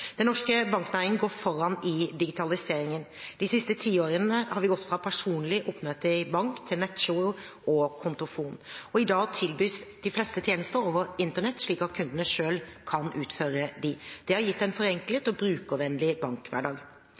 Den norske banknæringen går foran i digitaliseringen. De siste tiårene har vi gått fra personlig oppmøte i bank til nettgiro og kontofon. I dag tilbys de fleste tjenester over Internett, slik at kundene selv kan utføre dem. Det har gitt en forenklet og brukervennlig bankhverdag.